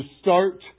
start